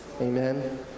Amen